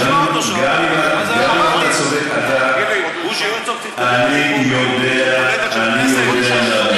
גם אם אתה צודק, בוז'י הרצוג ביום הולדת של כנסת?